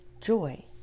Joy